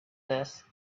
this